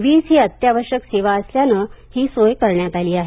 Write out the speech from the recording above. वीज ही अत्यावश्यक सेवा असल्यानं ही सोय करण्यात आली आहे